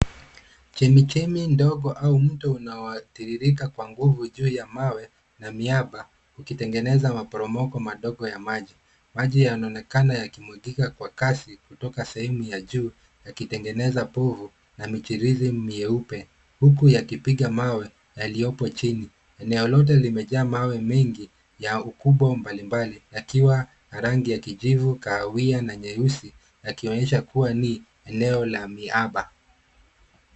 Chemichemi ndogo au mto unaotiririka kwa nguvu juu ya mawe na miamba yakitengeneza maporomoko madogo ya maji. Maji yanaonekana yakimwagika kwa kasi kutoka sehemu ya juu yakitengeneza povu na michirizi mieupe huku yakipiga mawe yaliyopo chini. Eneo lote limejaa mawe mengi ya ukubwa mbalimbali yakiwa ya rangi ya kijivu, kahawia na nyeusi; yakionyesha kwa ni eneo la miamba.